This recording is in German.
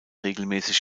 regelmäßig